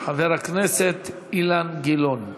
חבר הכנסת אילן גילאון.